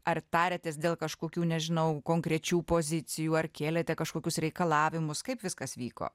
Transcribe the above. ar tariatės dėl kažkokių nežinau konkrečių pozicijų ar kėlėte kažkokius reikalavimus kaip viskas vyko